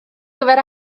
gyfer